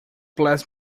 bless